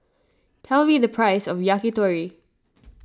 tell me the price of Yakitori